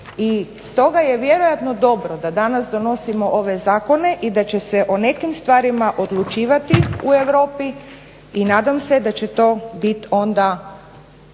I stoga je vjerojatno dobro da danas donosimo ove zakone i da će se o nekim stvarima odlučivati u Europi i nadam se da će to biti onda